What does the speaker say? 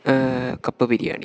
കപ്പ ബിരിയാണി